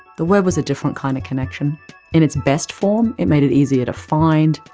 the web was a different kind of connection in its best form, it made it easier to find,